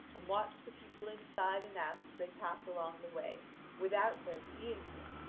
and watch the people inside and out as they pass along the way without their seeing you.